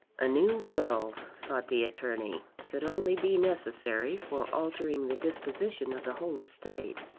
a new will, thought the attorney, could only be necessary for altering the disposition of the whole estate.